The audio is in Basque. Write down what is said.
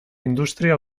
industria